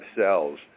cells